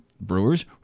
Brewers